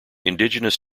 indigenous